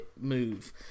move